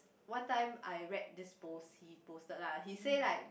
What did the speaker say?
one time I read this post he posted lah he say like